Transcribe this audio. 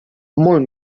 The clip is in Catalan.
molt